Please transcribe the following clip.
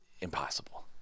impossible